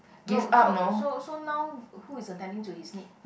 no so so so now who is attending to his need